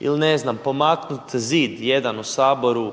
ili ne znam, pomaknuti zid jedan u Saboru